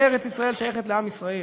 שארץ-ישראל שייכת לעם ישראל,